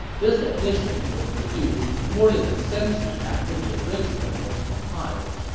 this edition was produced more than a century after the original was compiled.